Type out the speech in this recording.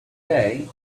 day